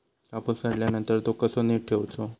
कापूस काढल्यानंतर तो कसो नीट ठेवूचो?